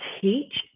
teach